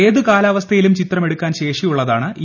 ഏതു കാലാവസ്ഥയിലും ചിത്രമെടുക്കാൻ ശേഷിയുള്ളതാണ് ഇ